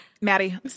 Maddie